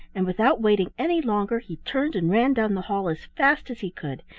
and without waiting any longer he turned and ran down the hall as fast as he could,